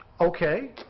okay